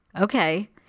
Okay